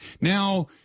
Now